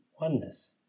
oneness